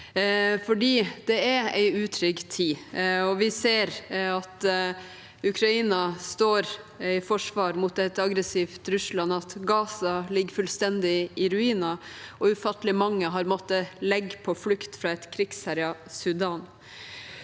for det er en utrygg tid. Vi ser at Ukraina står i forsvar mot et aggressivt Russland, at Gaza ligger fullstendig i ruiner, og at ufattelig mange har måttet legge på flukt fra et krigsherjet Sudan.